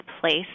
place